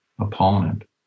opponent